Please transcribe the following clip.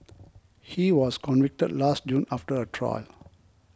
he was convicted last June after a trial